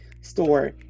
store